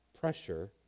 pressure